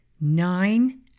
nine